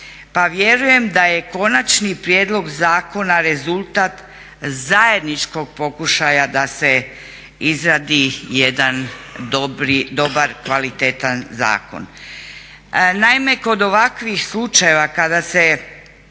pa vjerujem da je konačni prijedlog zakona rezultat zajedničkog pokušaja da se izradi jedan dobar, kvalitetan zakon.